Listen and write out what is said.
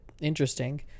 interesting